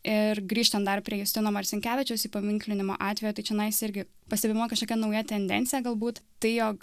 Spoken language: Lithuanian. ir grįžtant dar prie justino marcinkevičiaus įpaminklinimo atvejo tai čionais irgi pastebima kažkokia nauja tendencija galbūt tai jog